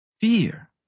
fear